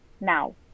now